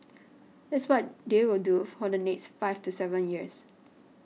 that's what they will do for the next five to seven years